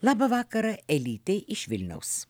labą vakarą elytei iš vilniaus